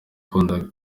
kurya